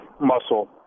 muscle